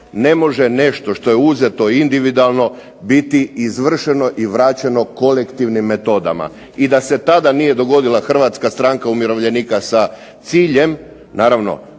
Ne može nešto što je uzeto individualno biti izvršeno i vraćeno kolektivnim metodama. I da se tada nije dogodila Hrvatska stranka umirovljenika sa ciljem, naravno